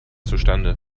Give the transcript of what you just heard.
zustande